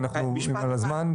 במשפט אחד.